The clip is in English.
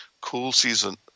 cool-season